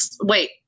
wait